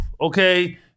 okay